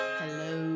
hello